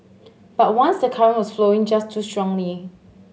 but once the current was flowing just too strongly